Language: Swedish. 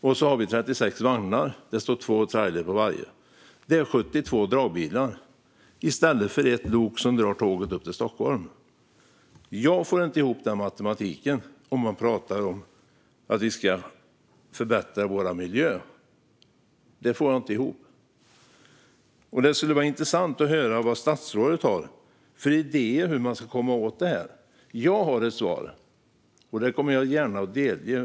Det kommer 36 vagnar med ett par trailrar på varje - det blir 72 dragbilar i stället för ett lok som drar tåget upp till Stockholm. Jag får inte ihop den matematiken om man pratar om att vi ska förbättra vår miljö. Det får jag inte ihop. Det skulle vara intressant att höra vad statsrådet har för idéer om hur man ska komma åt det här. Jag har ett svar, och det delger jag gärna ministern.